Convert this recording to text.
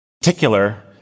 particular